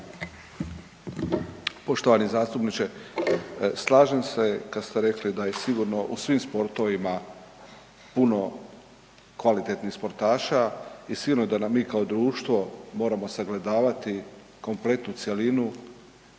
Poštovani zastupniče slažem se kad ste rekli da je sigurno u svim sportovima puno kvalitetnih sportaša i sigurno da mi kao društvo moramo sagledavati kompletnu cjelinu